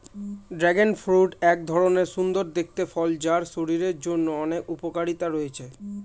dragon fruit এক ধরণের সুন্দর দেখতে ফল যার শরীরের জন্য অনেক উপকারিতা রয়েছে